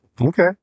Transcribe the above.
Okay